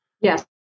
Yes